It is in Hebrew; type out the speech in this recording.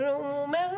הוא אומר,